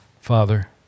Father